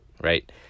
Right